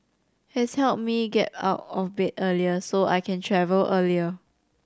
has helped me get out of bed earlier so I can travel earlier